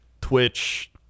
Twitch